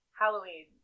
Halloween